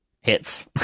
Hits